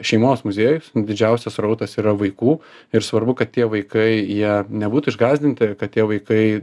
šeimos muziejus didžiausias srautas yra vaikų ir svarbu kad tie vaikai jie nebūtų išgąsdinti kad tie vaikai